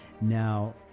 Now